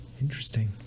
interesting